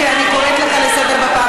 חבר הכנסת חאג' יחיא, אני קוראת אותך לסדר פעם